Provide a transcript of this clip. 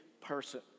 person